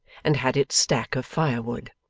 and had its stack of fire-wood.